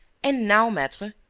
and now, maitre,